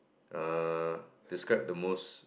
err describe the most